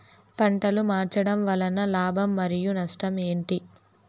పంటలు మార్చడం వలన లాభం మరియు నష్టం ఏంటి